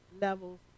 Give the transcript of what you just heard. levels